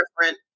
different